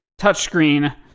Touchscreen